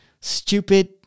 stupid